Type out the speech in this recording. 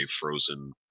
frozen